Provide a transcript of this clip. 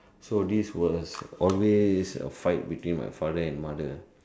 so this was always a fight between my father and mother